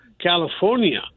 California